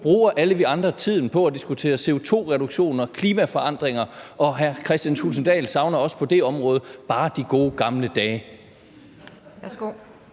bruger alle vi andre tiden på at diskutere CO2-reduktioner og klimaforandringer, og hr. Kristian Thulesen Dahl savner også på det område bare de gode gamle dage?